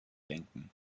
denken